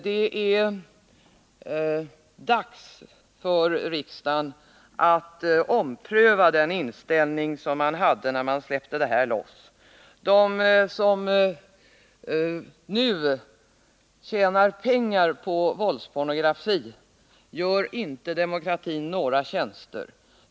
Det är dags för riksdagen att ompröva den inställning som man hade när man tog bort förbudet mot pornografin. De som nu tjänar pengar på våldspornografi gör inte demokratin några tjänster.